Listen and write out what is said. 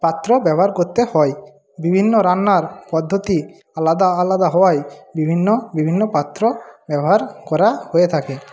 পাত্র ব্যবহার করতে হয় বিভিন্ন রান্নার পদ্ধতি আলাদা আলাদা হওয়ায় বিভিন্ন বিভিন্ন পাত্র ব্যবহার করা হয়ে থাকে